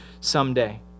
someday